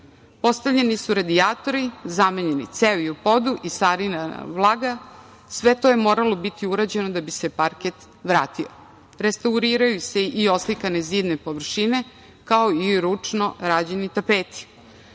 Postavljeni su radijatori, zamenjene cevi u podu i sanirana vlaga. Sve je to moralo biti urađeno da bi se parket vratio. Restauriraju se i oslikane zidne površine, kao i ručno rađeni